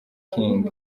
king